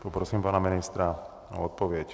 Poprosím pana ministra o odpověď.